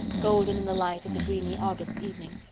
golden in the light of the dreamy august evening.